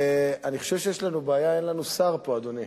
אני חושב שיש לנו בעיה, אין לנו שר פה, אדוני.